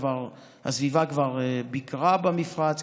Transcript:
כבר ביקרה במפרץ,